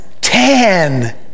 Ten